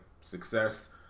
success